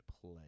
play